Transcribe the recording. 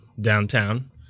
downtown